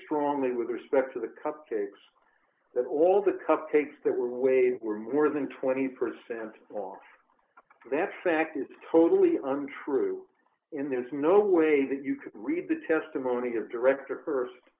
strongly with respect to the cupcakes that all the cupcakes that were waiting were more than twenty percent off that fact is totally under true in there's no way that you could read the testimony of director